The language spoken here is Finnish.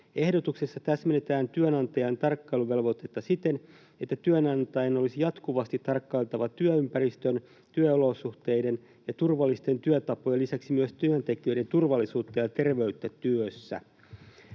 Ehdotuksessa täsmennetään työnantajan tarkkailuvelvoitetta siten, että työnantajan olisi jatkuvasti tarkkailtava työympäristön, työolosuhteiden ja turvallisten työtapojen lisäksi myös työntekijöiden turvallisuutta ja terveyttä työssä.